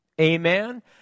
Amen